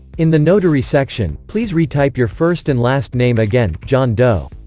in the notary section, please retype your first and last name again john doe